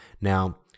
now